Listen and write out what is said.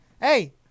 Hey